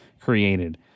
created